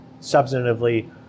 substantively